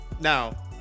Now